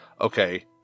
okay